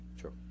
Sure